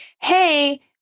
hey